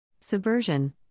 Subversion